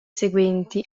seguenti